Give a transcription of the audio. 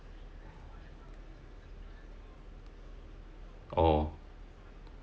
oh